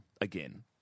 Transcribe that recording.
again